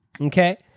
okay